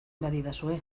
badidazue